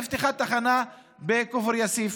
נפתחה תחנה בכפר יאסיף